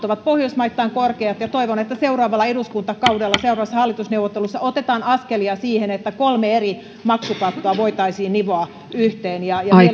ovat pohjoismaisittain korkeat ja toivon että seuraavalla eduskuntakaudella seuraavissa hallitusneuvotteluissa otetaan askelia siihen että kolme eri maksukattoa voitaisiin nivoa yhteen